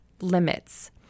limits